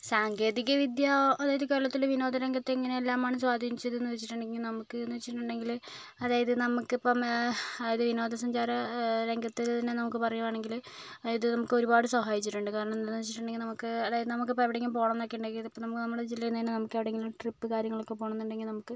സാങ്കേതിക വിദ്യ അതായത് കേരളത്തിൽ വിനോദ രംഗത്ത് എങ്ങനെയെല്ലാമാണ് സ്വാധിനിച്ചത് എന്ന് വെച്ചിട്ടുണ്ടെങ്കിൽ നമുക്ക് എന്ന് വെച്ചിട്ടുണ്ടെങ്കില് അതായത് നമുക്ക് ഇപ്പോൾ അതായത് വിനോദ സഞ്ചാര രംഗത്ത് തന്നെ നമുക്ക് പറയുവാണെങ്കില് അത് നമുക്ക് ഒരുപാട് സഹായിച്ചിട്ടുണ്ട് കാരണം എന്ന് വച്ചിട്ടുണ്ടേൽ നമുക്ക് അതായത് ഇപ്പോൾ എവിടെങ്കിലും പോകണം എന്നൊക്കെ ഉണ്ടെങ്കിൽ നമുക്ക് നമ്മുടെ ജില്ലയിൽ നിന്ന് തന്നെ എവിടെങ്കിലും ട്രിപ്പ് കാര്യങ്ങൾ ഒക്കെ പോകണം എന്നു ഉണ്ടെങ്കിൽ നമുക്ക്